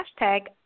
hashtag